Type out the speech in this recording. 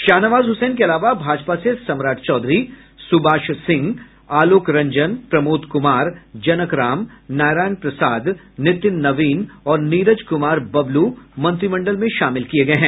शाहनवाज हुसैन के अलावा भाजपा से सम्राट चौधरी सुबाष सिंह आलोक रंजन प्रमोद कुमार जनक राम नारायण प्रसाद नितिन नवीन और नीरज कुमार बबलू मंत्रिमंडल में शामिल किये गये हैं